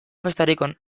festarik